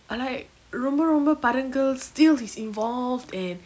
I like ரொம்ப ரொம்ப படங்கள்:romba romba padangal still he's involved and